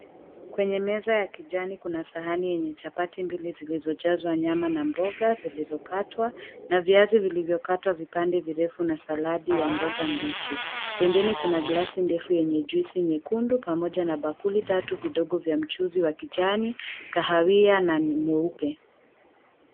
Kwenye meza ya kijani kuna sahani yenye chapati mbili zilizo jazwa nyama na mboga zilizo katwa na viazi vilivyo katwa vipande virefu na saladi ya mboga mbichi. Pembeni kuna glasi ndefu yenye juisi nyekundu, pamoja na bakuli tatu vidogo vya mchuuzi wa kijani, kahawia na ni mweupe.